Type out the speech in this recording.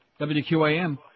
WQAM